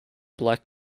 black